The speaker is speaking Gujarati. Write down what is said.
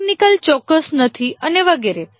ટેકનિકલ ચોક્કસ નથી અને વગેરે